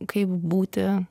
kaip būti